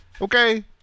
Okay